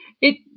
It